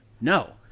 No